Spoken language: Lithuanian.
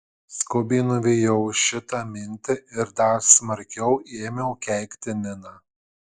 skubiai nuvijau šitą mintį ir dar smarkiau ėmiau keikti niną